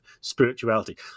spirituality